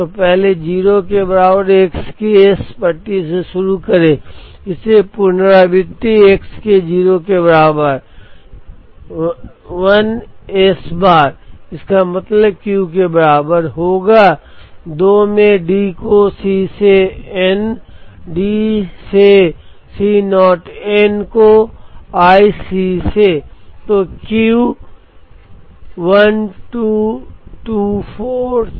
तो पहले 0 के बराबर x की S पट्टी से शुरू करें इसलिए पुनरावृत्ति x के 0 के बराबर 1 s बार इसका मतलब Q के बराबर होगा रेफर स्लाइड टाइम 1041 2 में D को C से n D से C0n को i c से